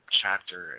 chapter